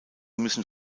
müssen